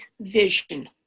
vision